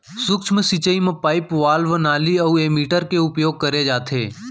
सूक्ष्म सिंचई म पाइप, वाल्व, नाली अउ एमीटर के परयोग करे जाथे